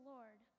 Lord